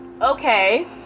Okay